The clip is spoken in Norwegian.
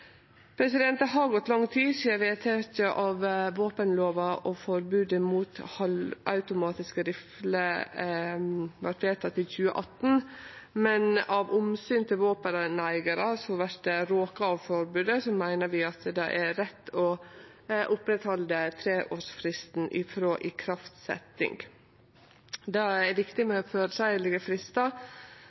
Det har gått lang tid sidan vedtaket om våpenlova og forbodet mot halvautomatiske rifler vart gjort, i 2018, men av omsyn til våpeneigarar som vert råka av forbodet, meiner vi at det er rett å halde fast ved treårsfristen frå ikraftsetjing. Det er viktig med føreseielege fristar